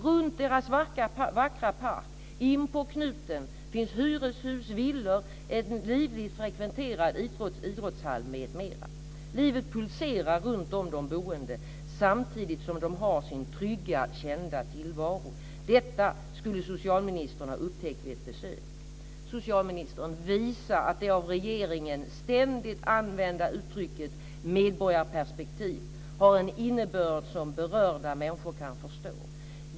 Runt deras vackra park, inpå knuten, finns hyreshus, villor, en livligt frekventerad idrottshall, m.m. Livet pulserar runt de boende, samtidigt som de har sin trygga, kända tillvaro. Detta skulle socialministern ha upptäckt vid ett besök. Socialministern! Visa att det av regeringen ständigt använda uttrycket medborgarperspektiv har en innebörd som berörda människor kan förstå.